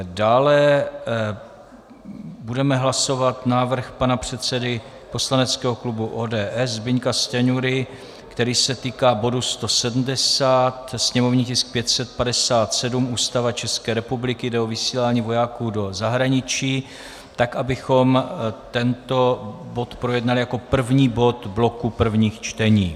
Dále budeme hlasovat návrh pana předsedy poslaneckého klubu ODS Zbyňka Stanjury, který se týká bodu 170, sněmovní tisk 557, Ústava České republiky, jde o vysílání vojáků do zahraničí abychom tento bod projednali jako první bod bloku prvních čtení.